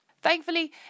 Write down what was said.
Thankfully